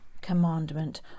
commandment